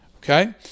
Okay